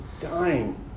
dying